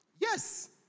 Yes